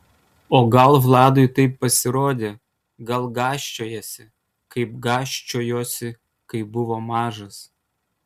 o gal vladui taip pasirodė gal gąsčiojasi kaip gąsčiojosi kai buvo mažas